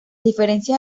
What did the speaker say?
diferencia